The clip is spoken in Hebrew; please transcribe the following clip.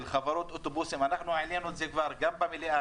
של חברות אוטובוסים העלינו את זה גם במליאה,